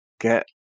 get